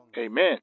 Amen